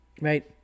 Right